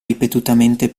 ripetutamente